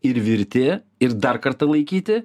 ir virti ir dar kartą laikyti